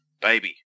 baby